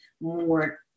more